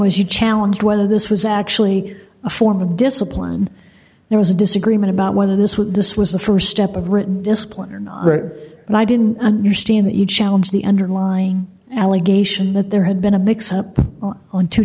was you challenge whether this was actually a form of discipline there was a disagreement about whether this was this was the st step of written discipline or not and i didn't understand the challenge the underlying allegation that there had been a mix up on two